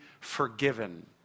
forgiven